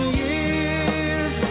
years